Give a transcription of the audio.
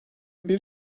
bir